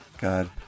god